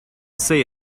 say